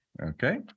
Okay